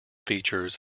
features